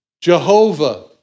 Jehovah